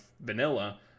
vanilla